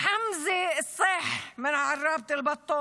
חמזה אלסח מעראבה,